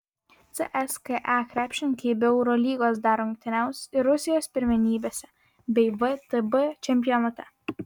cska krepšininkai be eurolygos dar rungtyniaus ir rusijos pirmenybėse bei vtb čempionate